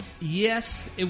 Yes